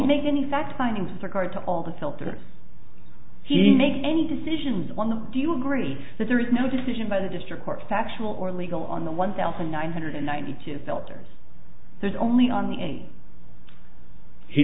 make any fact finding three card to all the filter he didn't make any decisions on them do you agree that there is no decision by the district court factual or legal on the one thousand nine hundred ninety two filters there's only on a he